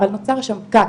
אבל נוצר שם פקק,